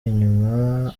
inyuma